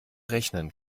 rechnen